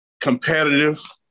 competitive